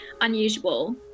unusual